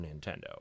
Nintendo